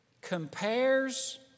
compares